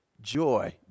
joy